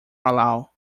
allow